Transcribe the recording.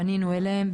פנינו אליהם,